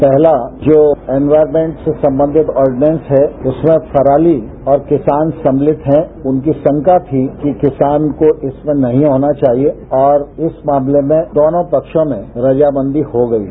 पहला जो एन्वायमेंट सेसम्बंधित ऑर्डिनेस है दूसरा पराली और किसान सममिलित हैं उनकी रांका थी कि किसानको इसमें नहीं आना चाहिए और इस मामले में दोनों पक्षों में रजामंदी हो गई है